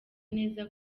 neza